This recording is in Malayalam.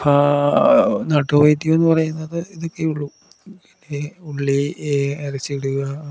നാട്ടു വൈദ്യം എന്ന് പറയുന്നത് ഇതൊക്കെയള്ളു ഉള്ളി അരച്ചിടുക